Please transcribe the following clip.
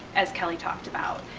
as kelli talked about.